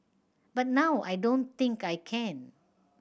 but now I don't think I can